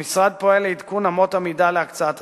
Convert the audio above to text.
המשרד פועל לעדכון אמות המידה להקצאת התקציבים.